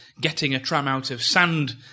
getting-a-tram-out-of-sand